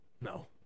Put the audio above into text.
No